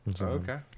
Okay